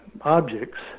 objects